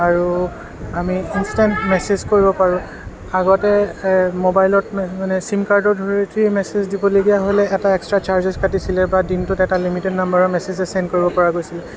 আৰু আমি instant message কৰিব পাৰোঁ আগতে মোবাইলত চিম কাৰ্ডৰ জৰিয়তেই মেছেজ দিবলগীয়া হ'লে এটা এক্সট্ৰা ছাৰ্জেছ কাটিছিলে বা দিনটোত এটা লিমিটেড নাম্বাৰ মেছেজেছ ছেণ্ড কৰিব পৰা গৈছিলে